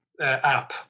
app